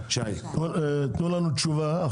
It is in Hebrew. תנו לנו תשובה.